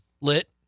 lit